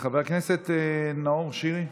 חבר הכנסת נאור שירי.